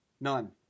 None